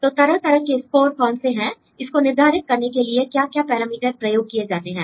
तो तरह तरह के स्कोर कौन से हैं इसको निर्धारित करने के लिए क्या क्या पैरामीटर प्रयोग किए जाते हैं